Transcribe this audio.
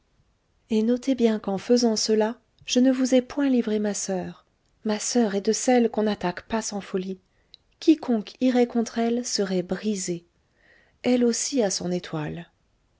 et notez bien qu'en faisant cela je ne vous ai point livré ma soeur ma soeur est de celle qu'on n'attaque pas sans folie quiconque irait contre elle serait brisé elle aussi à son étoile